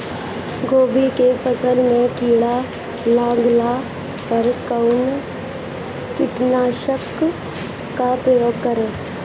गोभी के फसल मे किड़ा लागला पर कउन कीटनाशक का प्रयोग करे?